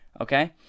Okay